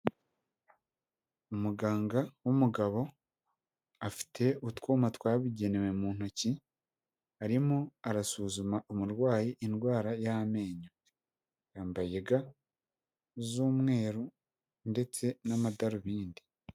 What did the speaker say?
Umuganga w'umugabo, afite utwuma twabugenewe mu ntoki, arimo arasuzuma umurwayi indwara y'amenyo. Yambaye ga z'umweru, ndetse n'amadarubindi.